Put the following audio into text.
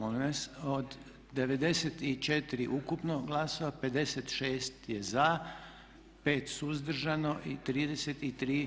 Od 94 ukupno glasova, 56 je za, 5 suzdržano i 33